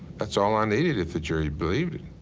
that's all i needed if the jury believed it.